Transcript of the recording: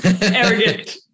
arrogant